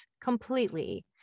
completely